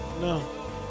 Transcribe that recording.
No